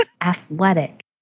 athletic